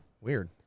Weird